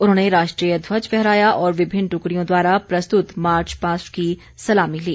उन्होंने राष्ट्रीय ध्वज फहराया और विभिन्न टुकड़ियों द्वारा प्रस्तुत मार्च पास्ट की सलामी ली